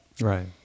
right